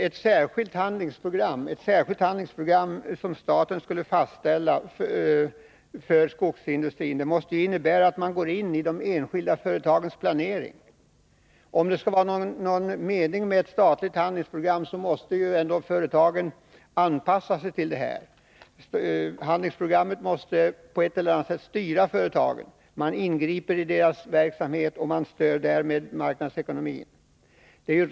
Ett särskilt handlingsprogram, som staten skulle fastställa för skogsindustrin, måste innebära att man går in i de enskilda företagens planering. Om det skall vara någon mening med ett statligt handlingsprogram, måste företagen anpassa sig till programmet. Handlingsprogrammet måste på ett eller annat sätt styra företagen. Man ingriper i företagens verksamhet, och man stödjer därmed marknadsekonomin.